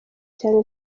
cyane